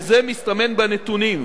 וזה מסתמן בנתונים,